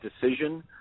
decision